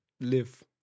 live